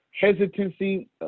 hesitancy